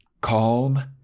calm